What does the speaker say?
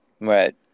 Right